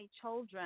children